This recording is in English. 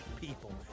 people